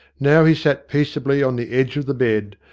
now he sat peaceably on the edge of the bed,